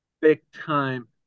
big-time